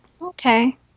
okay